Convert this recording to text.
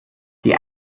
die